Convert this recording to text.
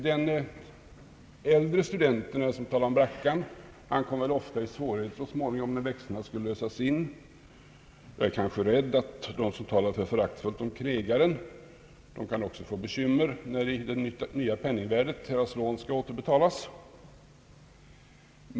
De äldre studenterna som talade om brackan kom väl ofta så småningom i svårigheter när växlarna skulle lösas in, och jag är kanske rädd för att de som talar föraktfullt om knegaren också kan få bekymmer när i det nya penningvärdet deras lån skall återbetalas.